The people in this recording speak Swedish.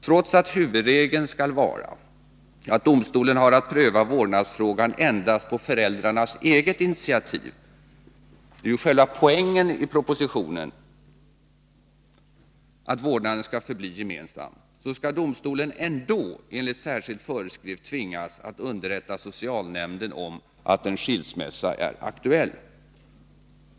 Trots att huvudregeln skall vara att domstolen har att pröva vårdnadsfrågan endast på föräldrarnas eget initiativ — det är ju själva poängen i propositionen att vårdnaden skall förbli gemensam — så skall domstolen ändå enligt särskild föreskrift tvingas att underrätta socialnämnden om att en skilsmässa är aktuell.